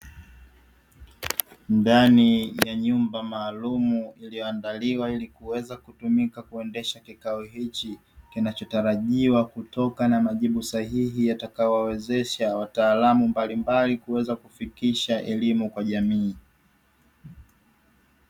Ndani ya nyumba maalumu iliyoandaliwa ili kuweza kutumika kuendesha kikao hichi, kinachotarajiwa kutoka na majibu sahihi yatakayowawezesha wataalamu mbalimbali kuweza kufikisha elimu kwa jamii.